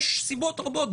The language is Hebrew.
יש סיבות רבות.